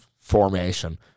formation